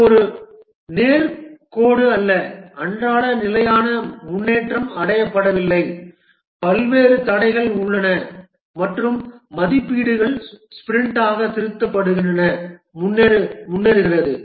இது ஒரு நேர் கோடு அல்ல அன்றாட நிலையான முன்னேற்றம் அடையப்படவில்லை பல்வேறு தடைகள் உள்ளன மற்றும் மதிப்பீடுகள் ஸ்பிரிண்டாக திருத்தப்படுகின்றன முன்னேறுகிறது